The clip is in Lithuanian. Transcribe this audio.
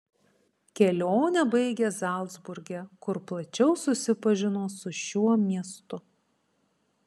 kelionę baigė zalcburge kur plačiau susipažino su šiuo miestu